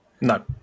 No